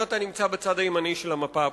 אתה נמצא בצד הימני של המפה הפוליטית.